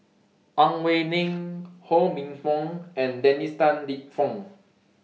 Ang Wei Neng Ho Minfong and Dennis Tan Lip Fong